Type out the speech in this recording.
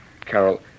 Carol